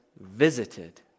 visited